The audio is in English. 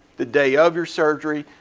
the day of your surgery,